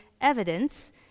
evidence